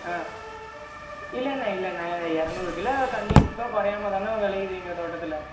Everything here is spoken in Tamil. ஆ இல்லைண்ணா இல்லைண்ணா இரநூறு கிலோ கண்டிப்பாக குறையாமதாண்ணா விளையிது எங்கள் தோட்டத்தில்